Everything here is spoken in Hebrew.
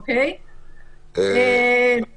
איזה עקיצה.